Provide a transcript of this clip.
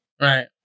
Right